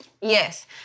yes